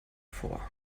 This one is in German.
vor